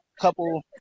couple